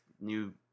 new